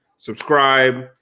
Subscribe